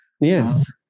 Yes